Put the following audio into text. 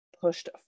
pushed